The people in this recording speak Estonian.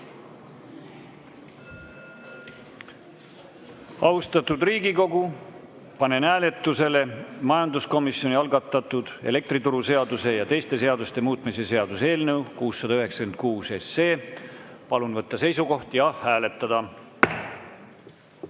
juurde. Austatud Riigikogu, panen hääletusele majanduskomisjoni algatatud elektrituruseaduse ja teiste seaduste muutmise seaduse eelnõu 696. Palun võtta seisukoht ja hääletada!